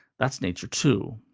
that's nature, too.